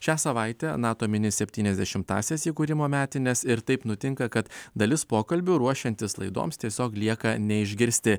šią savaitę nato mini septyniasdešimtąsias įkūrimo metines ir taip nutinka kad dalis pokalbių ruošiantis laidoms tiesiog lieka neišgirsti